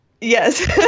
yes